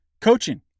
coaching